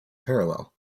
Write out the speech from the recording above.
parallel